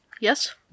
Yes